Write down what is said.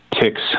ticks